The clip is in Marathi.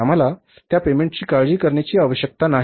आपल्याला त्या पेमेंट्सची काळजी करण्याची आवश्यकता नाही